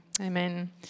Amen